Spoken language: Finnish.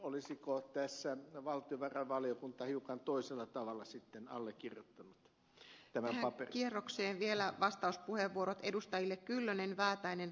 olisiko tässä valtiovarainvaliokunta hiukan toisella tavalla sitten allekirjoittanut tämän hopeakierrokseen vielä vastauspuheenvuorot edustajille kyllönen paperin